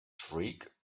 shriek